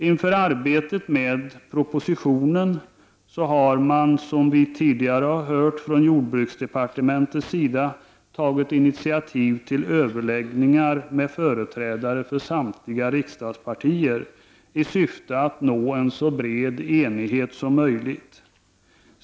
Inför arbetet med propositionen tog man från jordbruksdepartementets sida, som vi tidigare har hört, initiativ till överläggningar med företrädare för samtliga riksdagspartier i syfte att nå en så bred enighet som möjligt.